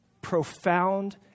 profound